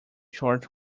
short